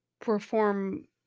perform